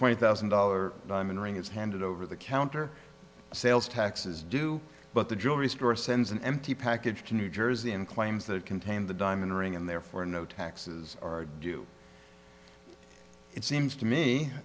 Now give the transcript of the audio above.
twenty thousand dollar diamond ring it's handed over the counter sales taxes due but the jewelry store sends an empty package to new jersey and claims that it contained the diamond ring and therefore no taxes are due it seems to me